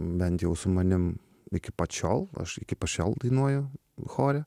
bent jau su manim iki pat šiol aš iki pa šiol dainuoju chore